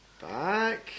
back